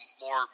more